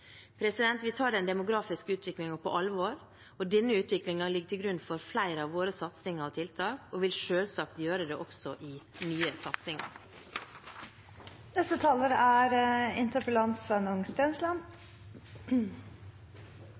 livet. Vi tar den demografiske utviklingen på alvor, og denne utviklingen ligger til grunn for flere av våre satsinger og tiltak og vil selvsagt gjøre det også i nye satsinger. Som statsråden er